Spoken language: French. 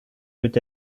peut